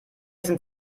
sind